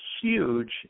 huge